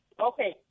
Okay